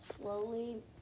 slowly